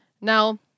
Now